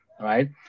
right